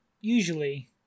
usually